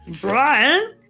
Brian